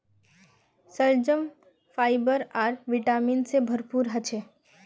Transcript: शलजम फाइबर आर विटामिन से भरपूर ह छे